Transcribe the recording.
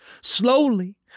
Slowly